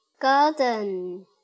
garden